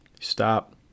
Stop